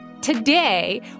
Today